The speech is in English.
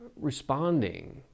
responding